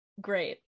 great